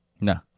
No